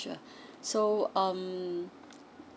sure so um